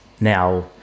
now